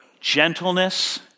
Gentleness